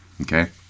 okay